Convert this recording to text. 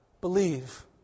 believe